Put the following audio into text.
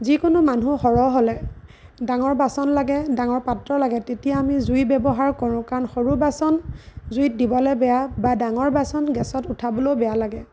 যিকোনো মানুহ সৰহ হ'লে ডাঙৰ বাচন লাগে ডাঙৰ পাত্ৰ লাগে তেতিয়া আমি জুইৰ ব্যৱহাৰ কৰোঁ কাৰণ সৰু বাচন জুইত দিবলৈ বেয়া বা ডাঙৰ বাচন গেছত উঠাবলৈও বেয়া লাগে